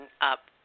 up